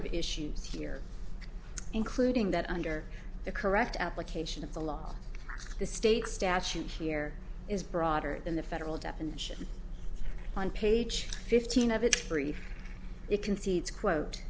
of issues here including that under the correct application of the law the state statute here is broader than the federal definition on page fifteen of its brief it concedes quote